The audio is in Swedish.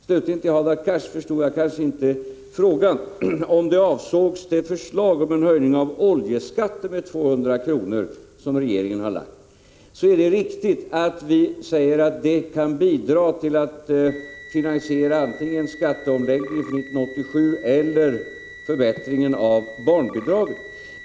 Slutligen förstod jag kanske inte Hadar Cars fråga. Om det var det förslag som regeringen har framlagt om en höjning av oljeskatten med 200 kr. som avsågs, är det riktigt att vi säger att den höjningen kan bidra till att finansiera antingen skatteomläggningen för 1987 eller förbättringen av barnbidraget.